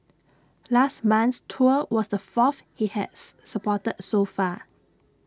last month's tour was the fourth he has supported so far